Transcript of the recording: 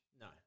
No